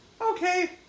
Okay